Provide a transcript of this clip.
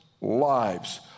lives